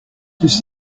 does